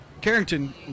Carrington